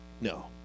No